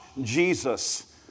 Jesus